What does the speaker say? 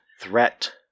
threat